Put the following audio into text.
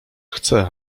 chce